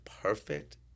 perfect